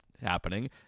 happening